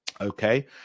Okay